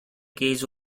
case